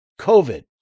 COVID